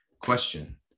question